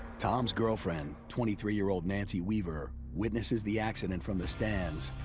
tom's girlfriend, twenty three year old nancy weaver, witnesses the accident from the stands.